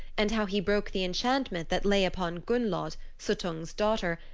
and how he broke the enchantment that lay upon gunnlod, suttung's daughter,